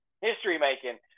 history-making